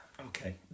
Okay